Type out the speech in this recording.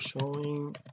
Showing